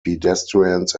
pedestrians